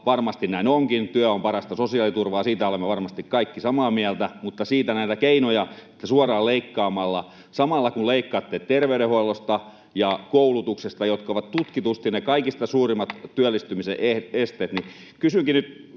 varmasti näin onkin, työ on parasta sosiaaliturvaa, siitä olemme varmasti kaikki samaa mieltä — mutta kuitenkin näitä keinoja suoraan leikkaatte samalla, kun leikkaatte terveydenhuollosta ja koulutuksesta, jotka ovat tutkitusti ne kaikista suurimmat työllistymisen esteet.